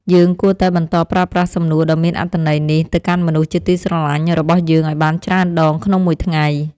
យើងគួរតែបន្តប្រើប្រាស់សំណួរដ៏មានអត្ថន័យនេះទៅកាន់មនុស្សជាទីស្រឡាញ់របស់យើងឱ្យបានច្រើនដងក្នុងមួយថ្ងៃ។